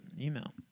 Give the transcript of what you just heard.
email